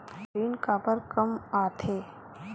ऋण काबर कम आथे?